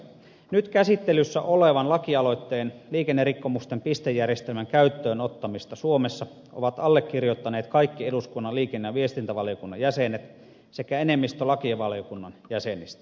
nyt käsittelyssä olevan lakialoitteen liikennerikkomusten pistejärjestelmän käyttöön ottamisesta suomessa ovat allekirjoittaneet kaikki eduskunnan liikenne ja viestintävaliokunnan jäsenet sekä enemmistö lakivaliokunnan jäsenistä